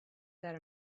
that